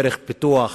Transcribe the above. דרך פיתוח